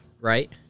Right